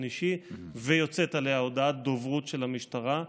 אישי ויוצאת עליה הודעת דוברות של המשטרה.